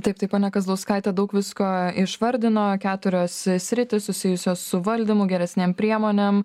taip tai ponia kazlauskaitė daug visko išvardino keturios sritys susijusios su valdymu geresnėm priemonėm